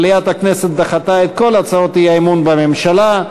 מליאת הכנסת דחתה את כל הצעות האי-אמון בממשלה.